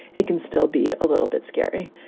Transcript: it can still be a little bit scary.